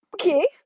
Okay